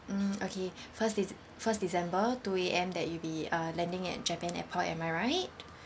mm okay first de~ first december two A_M that you be uh landing at japan airport am I right